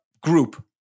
group